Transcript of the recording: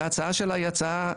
וההצעה שלה היא הצעה,